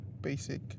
basic